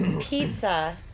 Pizza